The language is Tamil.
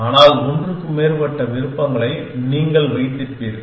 ஆனால் ஒன்றுக்கு மேற்பட்ட விருப்பங்களை நீங்கள் வைத்திருப்பீர்கள்